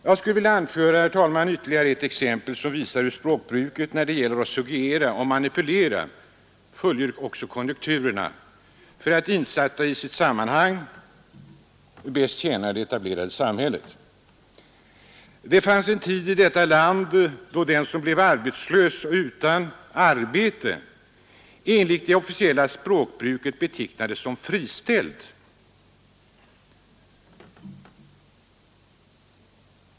Jag skulle, herr talman, vilja anföra ytterligare ett exempel, som visar hur språkbruket då det gäller att suggerera och manipulera följer konjunkturerna för att insatt i sitt sammanhang bäst tjäna det etablerade samhället. Det fanns en tid i detta land då den som blev arbetslös och utan arbete enligt det officiella språkbruket betecknades som ”Tfriställd”.